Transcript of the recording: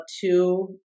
two